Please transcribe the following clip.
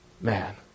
man